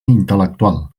intel·lectual